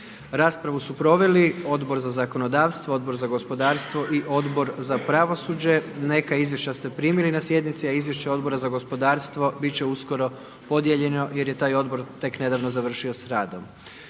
Raspravu su proveli Odbor za zakonodavstvo, Odbor za gospodarstvo i Odbor za pravosuđe. Neka izvješća ste primili na sjednici, a izvješće Odbora za gospodarstvo bit će uskoro podijeljeno jer je taj odbor tek nedavno završio s radom.